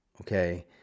okay